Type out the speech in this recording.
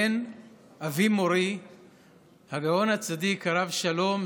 בן אבי מורי הגאון הצדיק הרב שלום,